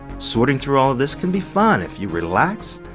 sorting through all of this can be fun if you relax,